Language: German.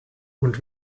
und